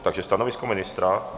Takže stanovisko ministra?